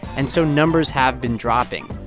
and so numbers have been dropping.